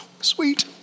sweet